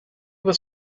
was